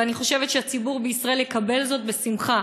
ואני חושבת שהציבור בישראל יקבל זאת בשמחה,